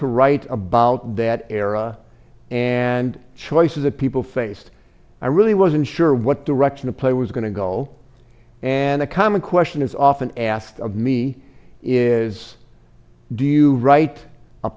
to write about that era and choices that people faced i really wasn't sure what direction the play was going to go and a common question is often asked of me is do you write a